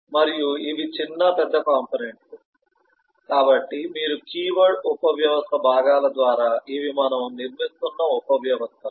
మరియు ఇవి చిన్న పెద్ద కంపోనెంట్ లు కాబట్టి మీరు కీవర్డ్ ఉపవ్యవస్థ భాగాల ద్వారా ఇవి మనము నిర్మిస్తున్న ఉపవ్యవస్థలు